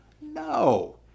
No